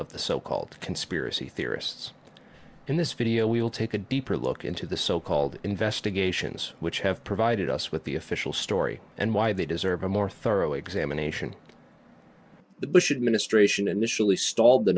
of the so called conspiracy theorists in this video we will take a deeper look into the so called investigations which have provided us with the official story and why they deserve a more thorough examination of the bush administration initially stalled the